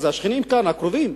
אז השכנים כאן קרובים.